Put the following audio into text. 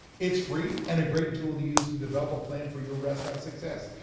it's free and a great tool to use to develop a plan for your restaurant's success.